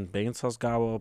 beincas gavo